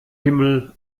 himmel